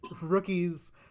rookies